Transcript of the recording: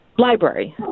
Library